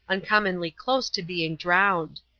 uncommonly close to being drowned.